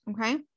okay